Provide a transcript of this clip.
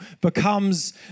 becomes